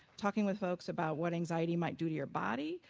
talking with folks about what anxiety might do to your body,